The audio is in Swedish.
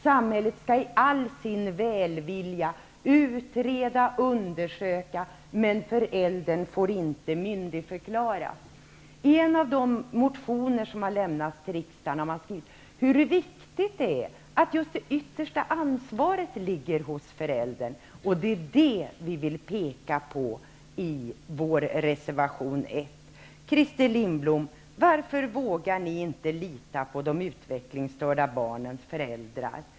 Samhället skall i all sin välvilja utreda och undersöka, men föräldern får inte myndigförklaras. I en av de motioner som har väckts har det skrivits hur viktigt det är att just det yttersta ansvaret ligger hos föräldern. Det är det som vi vill peka på i reservation 1. Christer Lindblom, varför vågar ni inte lita på de utvecklingsstörda barnens föräldrar?